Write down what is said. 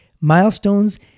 milestones